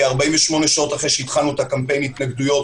כ-48 שעות אחרי שהתחלנו את קמפיין ההתנגדויות,